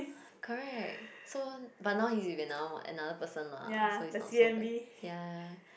correct so but now he is with another one another person lah so it's not so bad ya ya